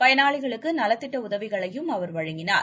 பயனாளிகளுக்கு நலத்திட்ட உதவிகளையும் அவர் வழங்கினார்